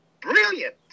brilliant